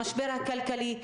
המשבר הכלכלי,